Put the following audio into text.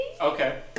okay